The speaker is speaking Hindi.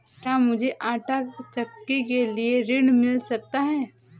क्या मूझे आंटा चक्की के लिए ऋण मिल सकता है?